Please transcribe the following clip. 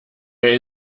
der